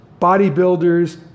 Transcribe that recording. bodybuilders